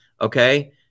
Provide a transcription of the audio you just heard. okay